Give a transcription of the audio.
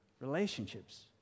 Relationships